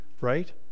Right